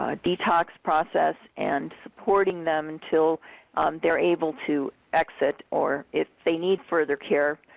ah detox process and supporting them until they are able to exit or if they need further care,